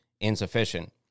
insufficient